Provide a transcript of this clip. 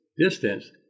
distance